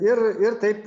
ir ir taip